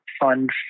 Fund